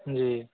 जी